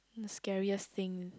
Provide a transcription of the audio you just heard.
scariest thing